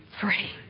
free